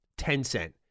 Tencent